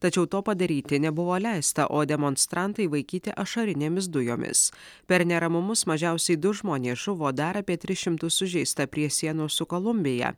tačiau to padaryti nebuvo leista o demonstrantai vaikyti ašarinėmis dujomis per neramumus mažiausiai du žmonės žuvo dar apie tris šimtus sužeista prie sienos su kolumbija